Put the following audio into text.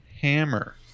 hammer